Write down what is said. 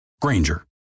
Granger